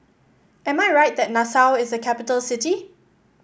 am I right that Nassau is a capital city